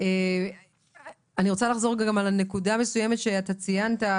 רגע גם על נקודה מסוימת שאתה ציינת,